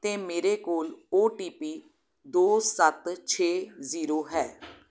ਅਤੇ ਮੇਰੇ ਕੋੋਲ ਓ ਟੀ ਪੀ ਦੋ ਸੱਤ ਛੇ ਜੀਰੋ ਹੈ